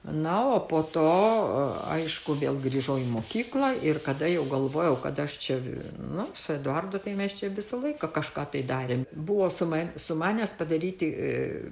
na o po to aišku vėl grįžau į mokyklą ir kada jau galvojau kad aš čia nu su eduardu tai mes čia visą laiką kažką tai darėm buvo suma sumanęs padaryti